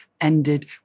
ended